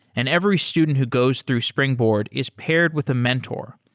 and every student who goes through springboard is paired with a mentor,